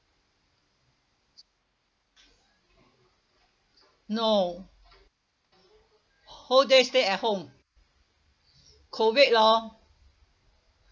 no whole day stay at home COVID lor